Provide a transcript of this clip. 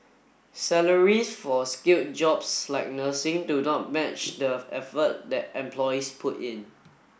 salaries for skilled jobs like nursing do not match the effort that employees put in